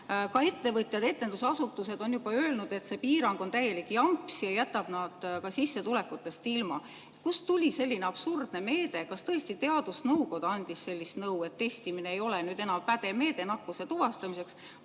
Ka ettevõtjad ja etendusasutused on juba öelnud, et see piirang on täielik jamps ja jätab nad sissetulekutest ilma. Kust tuli selline absurdne meede? Kas tõesti teadusnõukoda andis sellist nõu, et testimine ei ole enam pädev meede nakkuse tuvastamiseks,